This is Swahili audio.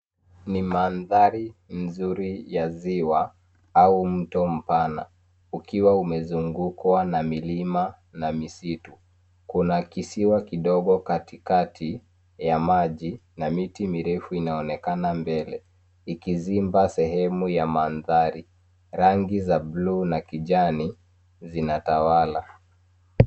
Ni mandhari nzuri ya ziwa, au mto mpana ukiwa umezungukwa na milima na misitu. Kuna kisiwa kidogo katikati ya maji, na miti mirefu inaonekana mbele, ikizimba sehemu za mandhari, rangi za blue , na kijani, zinatawala.